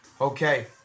Okay